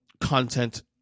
content